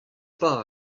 pad